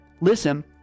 listen